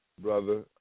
Brother